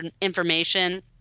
information